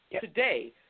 today